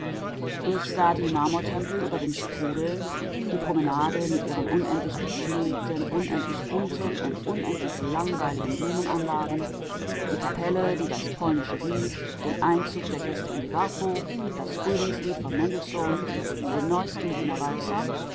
ich sah die marmortempel über den sprudeln die promenade mit ihren unendlich gepflegten unendlich bunten und unendlich langweiligen blumenanlagen die kapelle die das polnische lied den einzug der gäste in die wartburg das frühlingslied von mendelssohn den neuesten wiener walzer